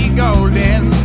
golden